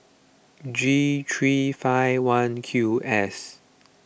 G three five one Q S